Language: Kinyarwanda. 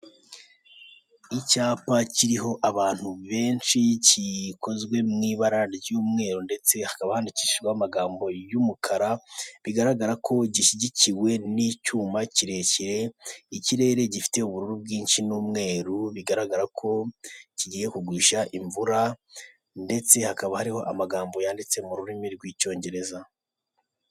Icyapa kiriho abantu benshi kikozwe mu ibara ry'umweru ndetse hakaba handikishishwaho amagambo y'umukara bigaragara ko gishyigikiwe n'icyuma kirekire, ikirere gifite ubururu bwinshi n'umweru bigaragara ko kigiye kugwisha imvura ndetse hakaba hariho amagambo yanditse mu rurimi rw'icyongereza.